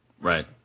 Right